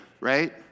right